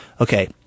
Okay